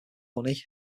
honey